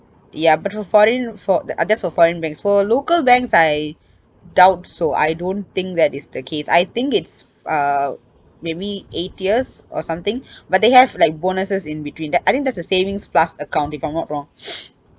ya but for foreign fo~ uh that's for foreign banks for local banks I doubt so I don't think that is the case I think it's uh maybe eight years or something but they have like bonuses in between th~ I think that's a savings plus account if I'm not wrong